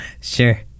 Sure